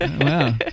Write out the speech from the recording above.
Wow